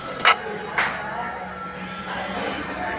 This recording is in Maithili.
शेयर प्रमाण पत्र कोना भेटितौ से बुझल छौ तोरा?